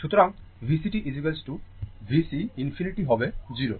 সুতরাং VCt VC ∞ হবে 0